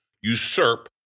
usurp